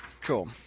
cool